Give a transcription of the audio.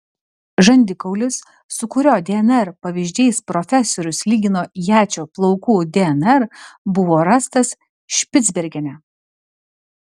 žandikaulis su kurio dnr pavyzdžiais profesorius lygino ječio plaukų dnr buvo rastas špicbergene